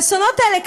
האסונות האלה,